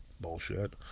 Bullshit